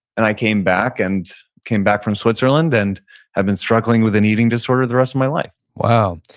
and i came back and came back from switzerland and had been struggling with an eating disorder the rest of my life wow.